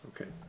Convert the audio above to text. okay